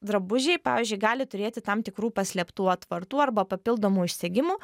drabužiai pavyzdžiui gali turėti tam tikrų paslėptų atvartų arba papildomų užsegimų